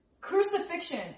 Crucifixion